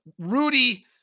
Rudy